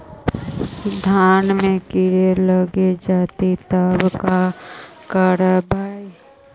धान मे किड़ा लग जितै तब का करबइ?